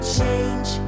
change